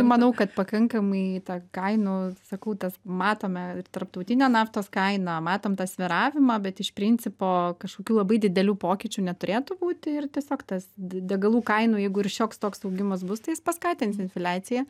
manau kad pakankamai tą kainų sakau tas matome ir tarptautinę naftos kainą matom tą svyravimą bet iš principo kažkokių labai didelių pokyčių neturėtų būti ir tiesiog tas degalų kainų jeigu ir šioks toks augimas bus tai jis paskatins infliaciją